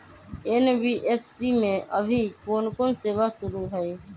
NBFC में अभी कोन कोन सेवा शुरु हई?